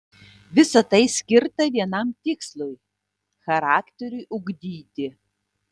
visa tai skirta vienam tikslui charakteriui ugdyti